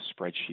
spreadsheet